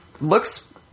looks